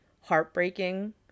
heartbreaking